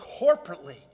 corporately